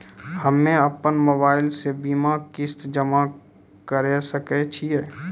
हम्मे अपन मोबाइल से बीमा किस्त जमा करें सकय छियै?